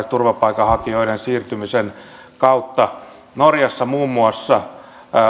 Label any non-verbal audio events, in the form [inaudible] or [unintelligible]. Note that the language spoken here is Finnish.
[unintelligible] turvapaikanhakijoiden siirtymisen kautta norjassa muun muassa